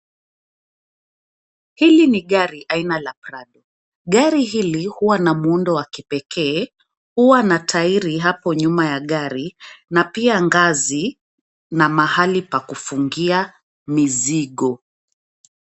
Hili ni gari aina la Prado, gari hili huwa na muundo wa kipekee. Huwa na tairi hapo nyuma ya gari na pia ngazi na mahali pa kufungia mizigo.